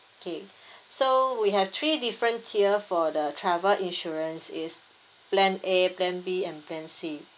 okay so we have three different tier for the travel insurance it's plan A plan B and plan C